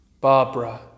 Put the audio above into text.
Barbara